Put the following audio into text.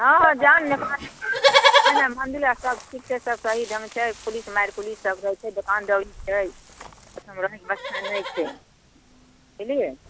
हँ हँ जाउ ने नेपालमे मंदिल आर सब किछु छै सब सही ढङ्ग छै पुलिस मार पुलिस सब रहैत छै दोकान दौरी छै ओहिठाम रहएके ब्यबस्था नहि छै बुझलिऐ